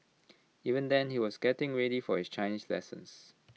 even then he was getting ready for his Chinese lessons